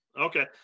Okay